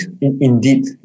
indeed